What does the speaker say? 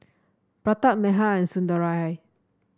Pratap Medha and Sundaraiah